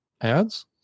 ads